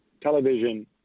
television